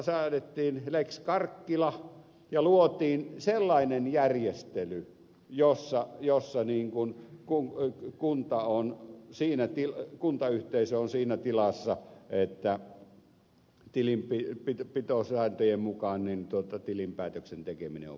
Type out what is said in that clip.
säädettiin lex karkkila ja luotiin sellainen järjestely jossa niinkun kun kunta on siinäkin kuntayhteisö on siinä tilassa että tilinpitosääntöjen mukaan tilinpäätöksen tekeminen on vähän vaikeaa